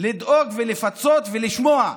לדאוג ולפצות ולשמוע.